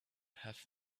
have